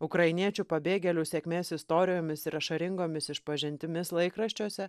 ukrainiečių pabėgėlių sėkmės istorijomis ir ašaringomis išpažintimis laikraščiuose